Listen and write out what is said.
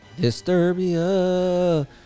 Disturbia